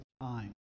time